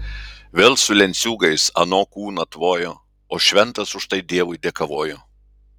vėl su lenciūgais ano kūną tvojo o šventas už tai dievui dėkavojo